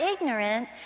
ignorant